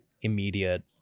immediate